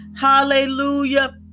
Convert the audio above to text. Hallelujah